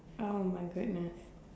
oh my goodness